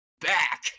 back